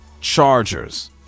Chargers